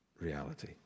reality